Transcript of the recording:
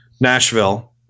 Nashville